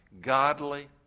godly